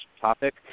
topic